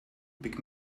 pick